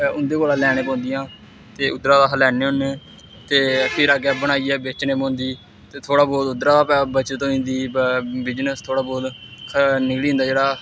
उं'दे कोला लैनी पौंदिया ते उद्धरा दा अस लैन्ने होन्ने ते फिर अग्गें बनाइयै बेचने पौंदी ते थोह्ड़ा बहुत उद्धरा दा पैसा बचत होई जंदी बिजनेस थोह्ड़ा बहुत निकली जंदा जेह्ड़ा